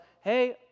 Hey